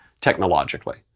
technologically